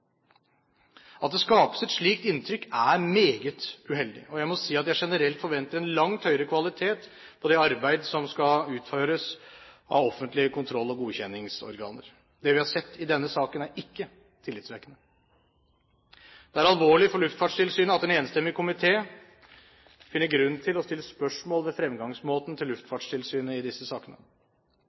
At det skapes et slikt inntrykk, er meget uheldig. Jeg må si at jeg generelt forventer en langt høyere kvalitet på det arbeid som skal utføres av offentlige kontroll- og godkjenningsorganer. Det vi har sett i denne saken, er ikke tillitvekkende. Det er alvorlig for Luftfartstilsynet at en enstemmig komité finner grunn til å stille spørsmål ved fremgangsmåten til Luftfartstilsynet i disse sakene.